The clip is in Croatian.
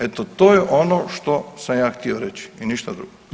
Eto to je ono što sam ja htio reći i ništa drugo.